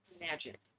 Magic